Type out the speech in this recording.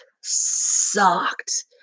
sucked